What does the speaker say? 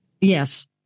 Yes